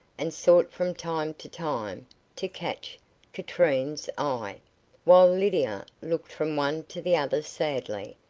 and sought from time to time to catch katrine's eye while lydia looked from one to the other sadly,